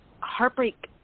heartbreak